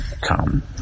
come